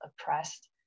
oppressed